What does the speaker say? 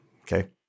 okay